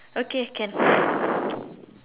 okay can